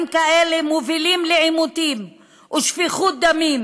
כאלה מובילים לעימותים ולשפיכות דמים,